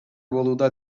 болууда